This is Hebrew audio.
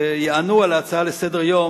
כשיענו על ההצעה לסדר-היום,